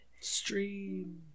Stream